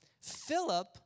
Philip